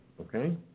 okay